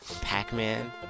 Pac-Man